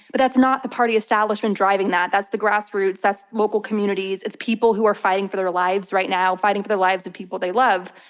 but that's not the party establishment driving that, that's the grassroots, that's local communities, it's people who are fighting for their lives right now, fighting for the lives of people they love,